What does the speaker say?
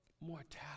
mortality